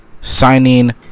signing